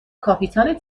کاپیتان